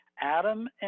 Adam